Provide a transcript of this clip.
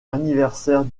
anniversaire